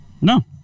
No